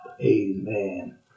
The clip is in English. Amen